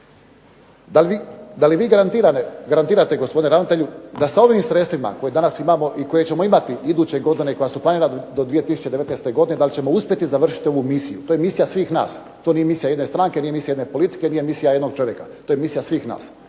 Da li vi garantirate gospodine ravnatelju da sa ovim sredstvima koje danas imamo i koje ćemo imati iduće godine i koja su planirana do 2019. godine da li ćemo uspjeti završiti ovu misiju? To je misija svih nas, to nije misija jedne stranke, nije misija jedne politike, nije misija jednog čovjeka. To je misija svih nas.